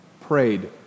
prayed